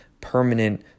permanent